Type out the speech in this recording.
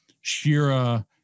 Shira